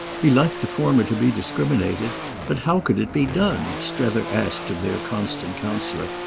he liked the former to be discriminated but how could it be done, strether asked of their constant counsellor,